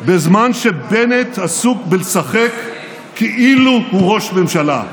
בזמן שבנט עסוק בלשחק כאילו הוא ראש ממשלה.